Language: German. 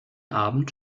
abend